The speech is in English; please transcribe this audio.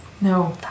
No